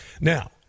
now